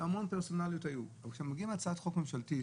אבל כאשר מגיעים להצעת חוק ממשלתית